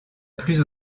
plus